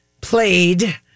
played